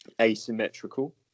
asymmetrical